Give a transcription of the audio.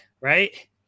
right